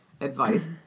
advice